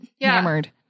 hammered